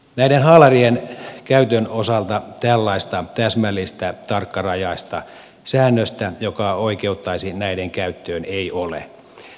näiden haalarien käytön osalta tällaista täsmällistä tarkkarajaista säännöstä joka oikeuttaisi näiden käyttöön ei ole